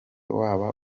waba